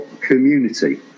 community